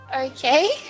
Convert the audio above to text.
Okay